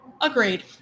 Agreed